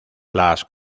las